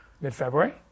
mid-February